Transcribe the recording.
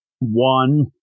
One